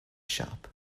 shop